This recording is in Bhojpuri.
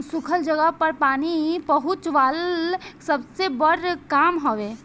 सुखल जगह पर पानी पहुंचवाल सबसे बड़ काम हवे